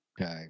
Okay